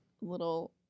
little